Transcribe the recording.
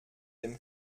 dem